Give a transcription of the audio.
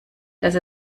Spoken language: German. dass